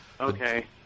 okay